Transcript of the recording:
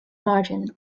margin